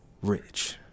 rich